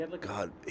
God